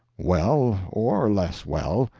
well or less well,